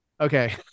Okay